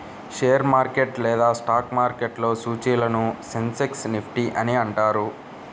share market లేదా stock మార్కెట్లో సూచీలను సెన్సెక్స్, నిఫ్టీ అని అంటారు